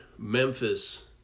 Memphis